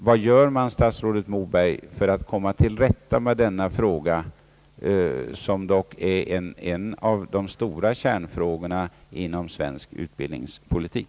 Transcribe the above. Vad gör man, statsrådet Moberg, för att komma till rätta med detta problem, som dock är en av de stora kärnfrågorna inom svensk utbildningspolitik?